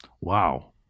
Wow